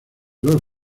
los